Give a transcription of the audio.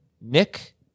Nick